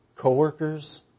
co-workers